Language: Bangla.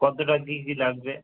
কতটা কী কী লাগবে